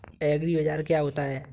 एग्रीबाजार क्या होता है?